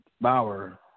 Bauer